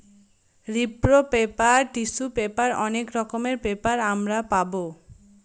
রিপ্র paper, tissue paper অনেক রকমের পেপার আমরা পাবো